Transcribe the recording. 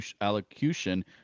allocution